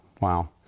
wow